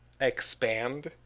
expand